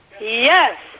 Yes